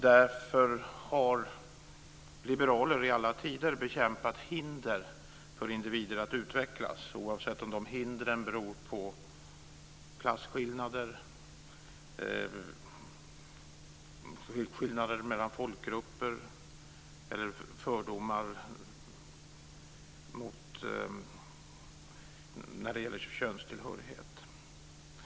Därför har liberaler i alla tider bekämpat hinder för individer att utvecklas, oavsett om de hindren berott på klasskillnader, olikheter mellan folkgrupper eller fördomar när det gäller könstillhörighet.